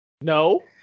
No